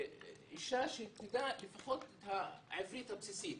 אישה שתדע לפחות את העברית הבסיסית,